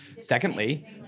Secondly